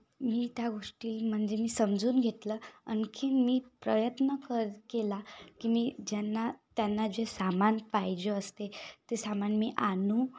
मी त्या गोष्टी म्हणजे मी समजून घेतलं आणखीन मी प्रयत्न कर केला की मी ज्यांना त्यांना जे सामान पाहिजे असते ते सामान मी आणू